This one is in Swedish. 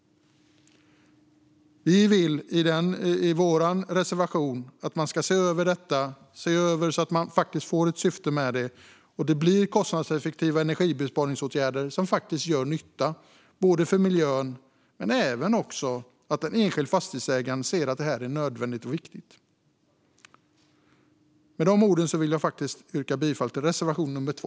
Vi vill i vår reservation att man ska se över detta, så att man faktiskt når syftet. Det blir kostnadseffektiva energibesparingsåtgärder som faktiskt gör nytta för miljön, och så att även en enskild fastighetsägare kan se att detta är nödvändigt och viktigt. Med detta vill jag yrka bifall till reservation 2.